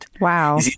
Wow